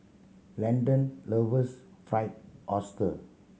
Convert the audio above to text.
Landen loves Fried Oyster